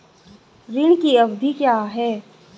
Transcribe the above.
ऋण की अवधि क्या है?